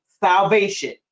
salvation